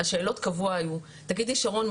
השאלות קבוע היו 'תגידי שרון,